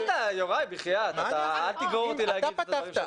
יוראי, אל תגרור אותי להגיד את הדברים שאני חושב.